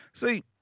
See